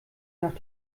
nach